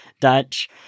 Dutch